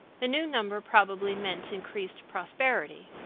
the new number probably meant increased prosperity.